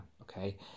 Okay